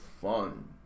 fun